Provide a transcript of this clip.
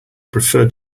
preferred